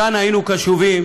כאן היינו קשובים.